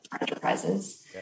Enterprises